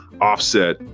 offset